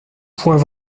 point